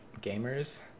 gamers